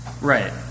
Right